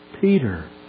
Peter